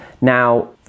now